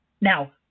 Now